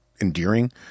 endearing